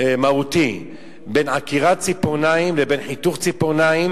מהותי בין עקירת ציפורניים לבין חיתוך ציפורניים